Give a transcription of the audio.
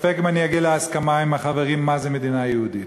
ספק אם אני אגיע להסכמה עם החברים מה זו מדינה יהודית.